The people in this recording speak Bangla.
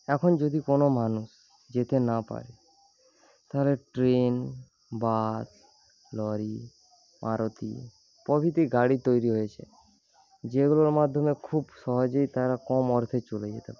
এখন যদি কোন মানুষ যেতে না পারে তারা ট্রেন বাস লরি মারুতি প্রকৃতির গাড়ি তৈরি হয়েছে যেগুলোর মাধ্যমে খুব সহজেই তারা কম অর্থে চলে যেতে পারে